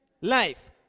life